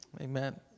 Amen